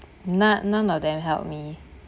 not none of them help me